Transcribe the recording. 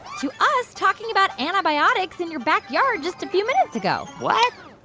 to us talking about antibiotics in your backyard just a few minutes ago what?